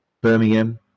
birmingham